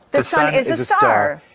the sun is is a star.